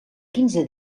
quinze